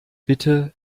bitte